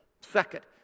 second